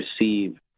receive